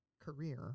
career